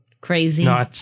Crazy